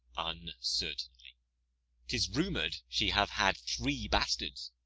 uncertainly tis rumour'd she hath had three bastards,